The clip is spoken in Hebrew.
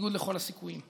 בניגוד לכל הסיכויים.